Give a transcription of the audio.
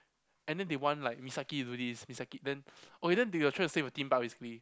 and then they want like Misaki to do this Misaki then okay then they were trying to save a Theme Park basically